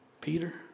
Peter